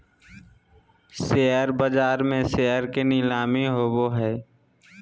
share बाज़ार में share के नीलामी होबो हइ